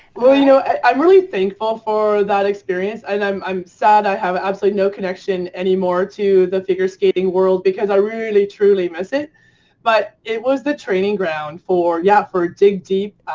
well, you know i'm really thankful for that experience. and i'm i'm sad, i have absolutely no connection anymore to the figure skating world because i really truly miss it but it was the training ground for, yeah, for a dig deep,